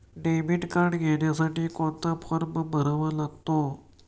Debit card घेण्यासाठी कोणता form भरावा लागतो?